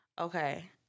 okay